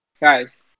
guys